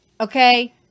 Okay